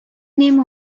name